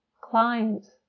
clients